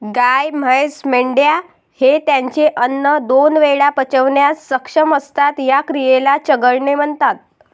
गाय, म्हैस, मेंढ्या, शेळी हे त्यांचे अन्न दोन वेळा पचवण्यास सक्षम असतात, या क्रियेला चघळणे म्हणतात